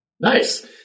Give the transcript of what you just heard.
Nice